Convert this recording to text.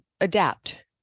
adapt